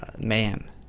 man